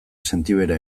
sentibera